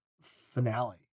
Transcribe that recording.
finale